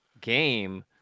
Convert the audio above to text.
game